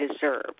deserve